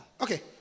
Okay